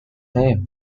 name